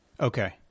Okay